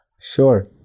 sure